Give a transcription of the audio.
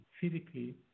physically